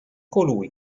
colui